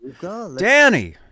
Danny